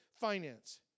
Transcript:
finance